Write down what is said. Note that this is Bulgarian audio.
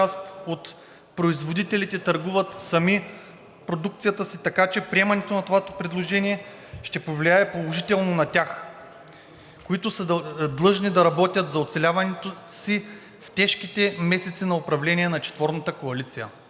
производителите търгуват сами продукцията си, така че приемането на това предложение ще повлияе положително на тях, които са длъжни да работят за оцеляването си в тежките месеци на управление на четворната коалиция.